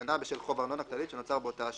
בשנה בשל חוב ארנונה כללית שנוצר באותה השנה.